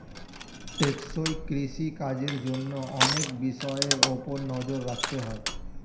টেকসই কৃষি কাজের জন্য অনেক বিষয়ের উপর নজর রাখতে হয়